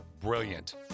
Brilliant